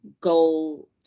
goal